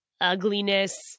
ugliness